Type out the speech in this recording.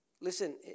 Listen